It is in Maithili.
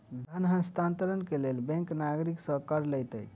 धन हस्तांतरण के लेल बैंक नागरिक सॅ कर लैत अछि